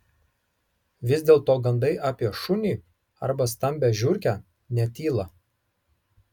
vis dėlto gandai apie šunį arba stambią žiurkę netyla